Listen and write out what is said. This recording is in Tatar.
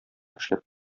эшләп